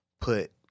put